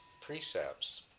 precepts